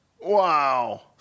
Wow